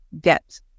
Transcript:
get